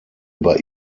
über